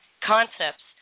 concepts